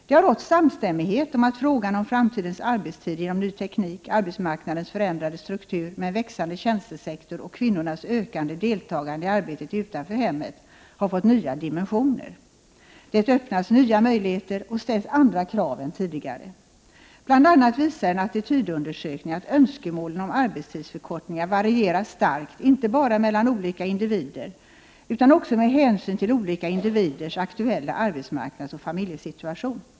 Det har rått samstämmighet om att frågan om framtidens arbetstider genom ny teknik, arbetsmarknadens förändrade struktur med en växande tjänstesektor och kvinnornas ökande deltagande i arbetet utanför hemmet har fått nya dimensioner. Det öppnas nya möjligheter och ställs andra krav än tidigare. Bl.a. visar en attitydundersökning att önskemålen om arbetstidsförkortningar varierar starkt inte bara mellan olika individer utan också med hänsyn till olika individers aktuella arbetsmarknadsoch familjesituation.